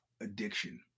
addiction